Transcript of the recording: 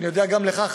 אני יודע שגם לך,